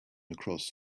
across